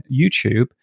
YouTube